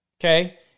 okay